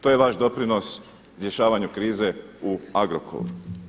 To je vaš doprinos rješavanju krize u Agrokoru.